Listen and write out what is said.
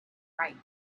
right